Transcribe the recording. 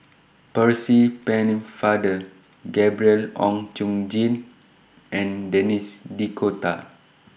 Percy Pennefather Gabriel Oon Chong Jin and Denis D'Cotta